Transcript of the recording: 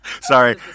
Sorry